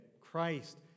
Christ